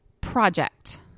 project